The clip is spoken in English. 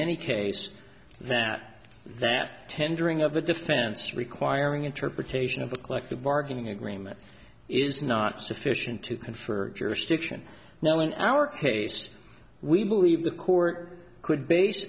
any case that that tendering of the defense requiring interpretation of a collective bargaining agreement is not sufficient to confer jurisdiction now in our case we believe the court could bas